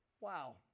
Wow